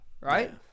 right